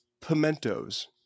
pimentos